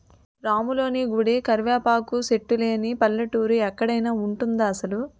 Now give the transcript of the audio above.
రాములోని గుడి, కరివేపాకు సెట్టు లేని పల్లెటూరు ఎక్కడైన ఉంటదా అసలు?